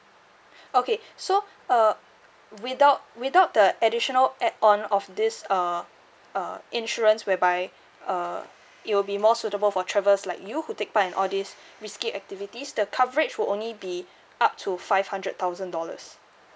okay so uh without without the additional add on of this uh uh insurance whereby uh it will be more suitable for travelers like you who take part in all these risky activities the coverage will only be up to five hundred thousand dollars